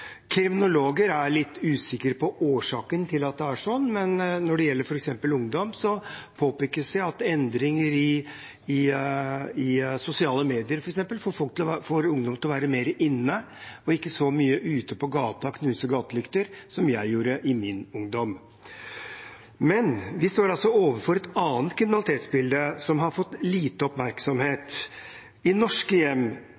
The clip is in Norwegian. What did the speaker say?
Kriminologer er litt usikre på årsaken til at det er sånn, men når det gjelder f.eks. ungdom, påpekes det at endringer i sosiale medier får ungdom til å være mer inne og ikke så mye ute på gaten og knuser gatelykter, som jeg gjorde i min ungdom. Vi står altså overfor et annet kriminalitetsbilde som har fått lite